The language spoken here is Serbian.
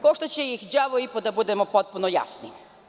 Koštaće ih đavo i po, da budemo potpuno jasni.